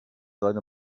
seine